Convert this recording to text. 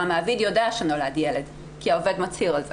הרי המעביד יודע שנולד ילד, כי העובד מצהיר על כך.